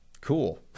Cool